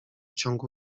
ciągu